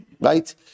Right